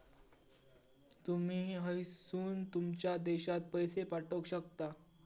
तुमी हयसून तुमच्या देशात पैशे पाठवक शकता